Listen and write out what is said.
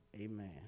amen